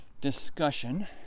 discussion